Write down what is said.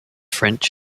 french